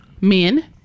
Men